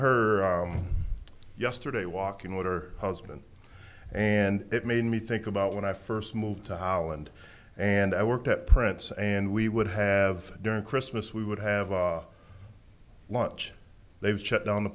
her yesterday walking with her husband and it made me think about when i first moved to holland and i worked at prince and we would have during christmas we would have lunch they've checked on the